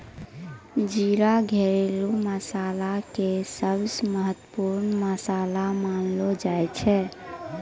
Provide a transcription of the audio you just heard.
जीरा घरेलू मसाला के सबसॅ महत्वपूर्ण मसाला मानलो जाय छै